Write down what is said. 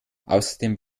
außerdem